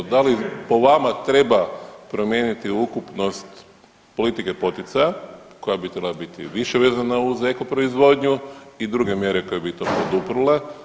Da li po vama treba promijeniti ukupnost politike poticaja koja bi trebala biti više vezana uz eko proizvodnju i druge mjere koje bi to poduprle?